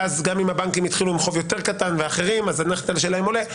ואז גם אם הבנקים התחילו עם חוב יותר קטן ואחרים אז הנתח שלהם עולה.